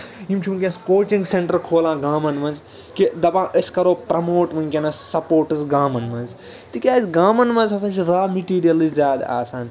یِم چھِ وٕنکٮ۪ن کوچِنگ سٮ۪نٹر کھولان گامَن منٛز کہِ دَپان أسۍ کرو پرٛموٹ وٕنکٮ۪نَس سَپوٹٕس گامَن منٛز تِکیازِ گامن منٛز ہسا چھِ را مٮ۪ٹٮیٖریَلٕے زیادٕ آسان